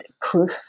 proof